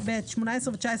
ביום רביעי.